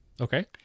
Okay